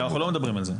אנחנו לא מדברים על זה.